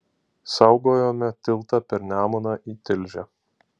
saugojome tiltą per nemuną į tilžę